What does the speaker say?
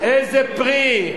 איזה פרי?